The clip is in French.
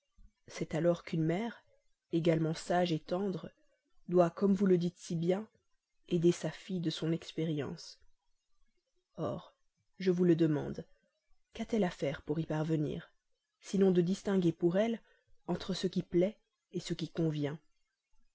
c'est alors qu'une mère également sage tendre doit comme vous le dites si bien aider sa fille de son expérience or je vous le demande qu'a-t-elle à faire pour y parvenir sinon de distinguer pour elle entre ce qui plaît ce qui convient